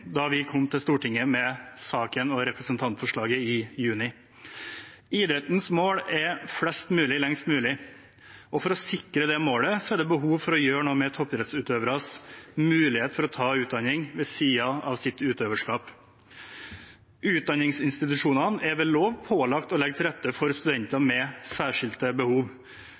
da vi kom til Stortinget med saken og representantforslaget i juni. Idrettens mål er å ha med flest mulig lengst mulig, og for å sikre det målet er det behov for å gjøre noe med toppidrettsutøveres mulighet for å ta utdanning ved siden av sitt utøverskap. Utdanningsinstitusjonene er vel også pålagt å legge til rette for studenter med særskilte behov.